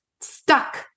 stuck